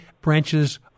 branches